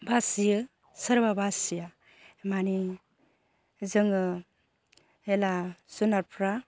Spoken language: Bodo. बासियो सोरबा बासिया माने जोङो हेला जुनारफ्रा